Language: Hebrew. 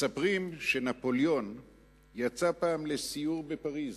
מספרים שנפוליאון יצא פעם לסיור בפריס